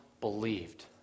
believed